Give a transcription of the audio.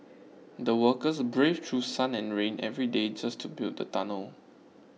the workers braved through sun and rain every day just to build the tunnel